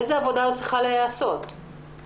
איזו עבודה עוד צריכה להיעשות מבחינתכם?